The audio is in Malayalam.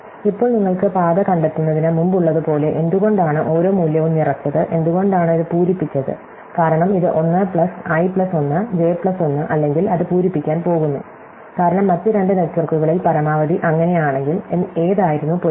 ഇപ്പോൾ നിങ്ങൾക്ക് പാത കണ്ടെത്തുന്നതിന് മുമ്പുള്ളതുപോലെ എന്തുകൊണ്ടാണ് ഓരോ മൂല്യവും നിറച്ചത് എന്തുകൊണ്ടാണ് ഇത് പൂരിപ്പിച്ചത് കാരണം ഇത് 1 plus I plus 1 J plus 1 അല്ലെങ്കിൽ അത് പൂരിപ്പിക്കാൻ പോകുന്നു കാരണം മറ്റ് രണ്ട് നെറ്റ്വർക്കുകളിൽ പരമാവധി അങ്ങനെയാണെങ്കിൽ ഏതായിരുന്നു പൊരുത്തം